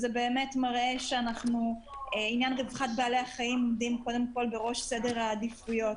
זה באמת מראה שרווחת בעלי החיים עומדת בראש סדר העדיפויות.